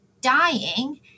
dying